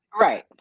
right